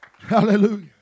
Hallelujah